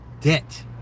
debt